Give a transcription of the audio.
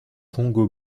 congo